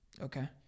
Okay